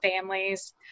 families